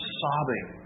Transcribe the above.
sobbing